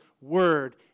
word